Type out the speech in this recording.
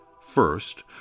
First